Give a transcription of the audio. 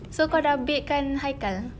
so kau sudah bakekan haikal